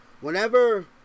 Whenever